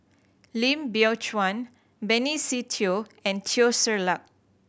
Lim Biow Chuan Benny Se Teo and Teo Ser Luck